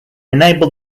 enable